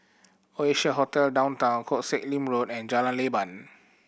Oasia Hotel Downtown Koh Sek Lim Road and Jalan Leban